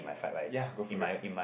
uh ya go for it